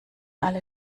alle